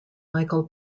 michael